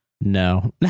No